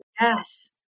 Yes